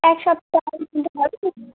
এক সপ্তাহর মধ্যে হবে কিছু